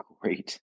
great